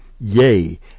Yea